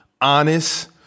honest